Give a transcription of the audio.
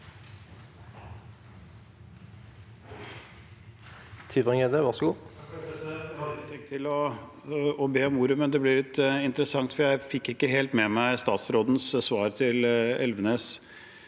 ikke tenkt å be om ordet, men det ble litt interessant, for jeg fikk ikke helt med meg statsrådens svar til Elvenes.